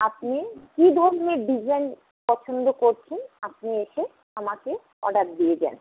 আপনি কী ধরনের ডিজাইন পছন্দ করছেন আপনি এসে আমাকে অর্ডার দিয়ে যান